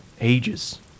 ages